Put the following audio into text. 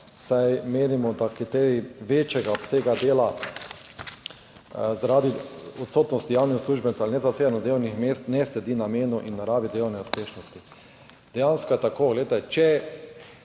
saj menimo, da kriterij večjega obsega dela zaradi odsotnosti javnih uslužbencev ali nezasedeno delovnih mest ne sledi namenu in naravi delovne uspešnosti. Dejansko je tako, glejte, če,